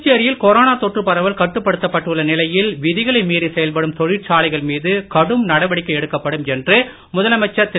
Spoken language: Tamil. புதுச்சேரியில் கொரோனா தொற்று பரவல் கட்டுப்படுத்தப்பட்டுள்ள நிலையில் விதிகளை மீறி செயல்படும் தொழிற்சாலைகள் மீது கடும் நடவடிக்கை எடுக்கப்படும் என்று முதலமைச்சர் திரு